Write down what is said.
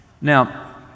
Now